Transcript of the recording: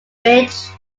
bridge